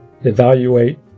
evaluate